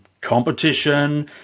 competition